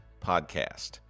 podcast